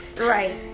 right